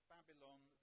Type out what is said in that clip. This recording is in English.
Babylon